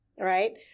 right